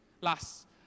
last